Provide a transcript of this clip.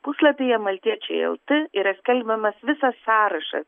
puslapyje maltiečiai lt yra skelbiamas visas sąrašas